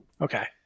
Okay